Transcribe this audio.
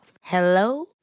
Hello